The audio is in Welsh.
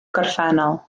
gorffennol